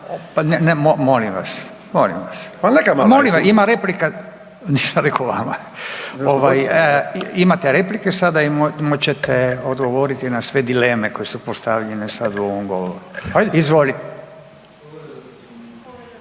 … /Upadica Zekanović: …ne razumije se…/… Nisam rekao vama. Imate replike sada i moći ćete odgovoriti na sve dileme koje su postavljene sada u ovom govoru. Izvoli.